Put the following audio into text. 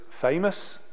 famous